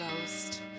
ghost